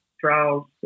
trials